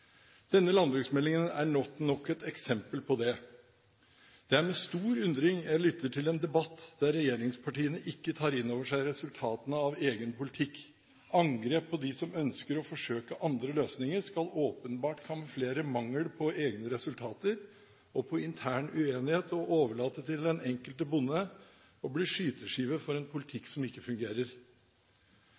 Denne landbruksmeldingen er nok et eksempel på det. Det er med stor undring jeg lytter til en debatt der regjeringspartiene ikke tar inn over seg resultatene av egen politikk. Angrep på dem som ønsker å forsøke andre løsninger, skal åpenbart kamuflere mangel på egne resultater og intern uenighet, og overlate til den enkelte bonde å bli skyteskive for en politikk som ikke fungerer.